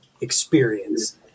experience